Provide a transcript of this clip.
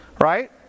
Right